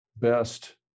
best